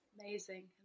Amazing